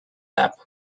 lap